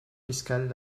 fiscales